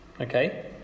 Okay